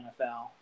NFL